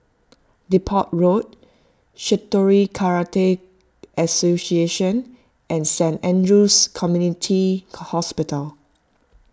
Depot Road Shitoryu Karate Association and Saint andrew's Community Hospital